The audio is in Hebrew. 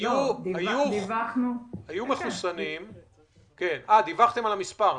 דיווחתם על המספר.